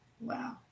Wow